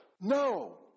No